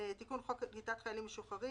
"תיקון חוק קליטת חיילים משוחררים